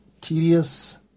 tedious